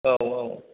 औ औ